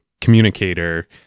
communicator